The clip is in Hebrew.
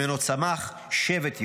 שממנו צמח שבט יהודה.